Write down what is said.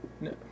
No